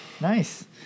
Nice